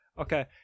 Okay